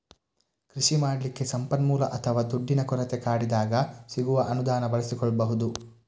ಕೃಷಿ ಮಾಡ್ಲಿಕ್ಕೆ ಸಂಪನ್ಮೂಲ ಅಥವಾ ದುಡ್ಡಿನ ಕೊರತೆ ಕಾಡಿದಾಗ ಸಿಗುವ ಅನುದಾನ ಬಳಸಿಕೊಳ್ಬಹುದು